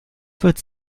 wird